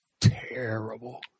terrible